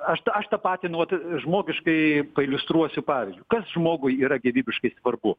aš t aš tapatinu vat žmogiškai pailiustruosiu pavyzdžiu kas žmogui yra gyvybiškai svarbu